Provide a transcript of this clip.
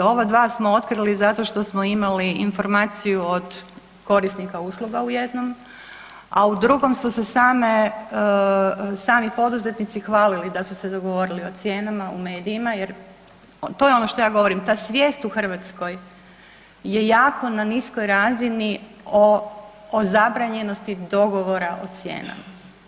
Ova dva smo otkrili zato što smo imali informaciju od korisnika usluga u jednom, a u drugom su se sami poduzetnici hvalili da su se dogovorili o cijena u medijima jer, to je ono što ja govorim, ta svijest u Hrvatskoj je jako na niskoj razini o zabranjenosti dogovora o cijenama.